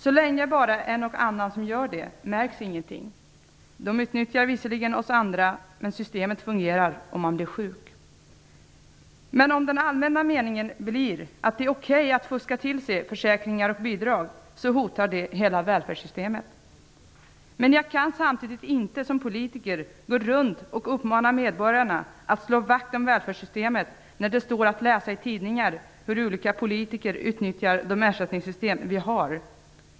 Så länge det bara är en och annan som gör det märks ingenting. De utnyttjar visserligen oss andra, men systemet fungerar om man blir sjuk. Men om den allmänna meningen blir att det är okej att fuska till sig försäkringsersättningar och bidrag hotar det hela välfärdssystemet. Samtidigt kan jag inte som politiker gå runt och uppmana medborgarna att slå vakt om välfärdssystemet, när det står att läsa i tidningar hur olika politiker utnyttjar de ersättningssystem som vi har.